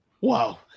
Wow